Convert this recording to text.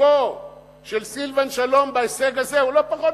שחלקו של סילבן שלום בהישג הזה הוא לא פחות